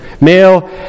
Male